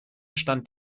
stand